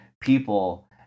people